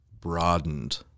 broadened